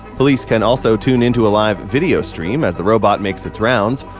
police can also tune in to a live video stream as the robot makes its rounds.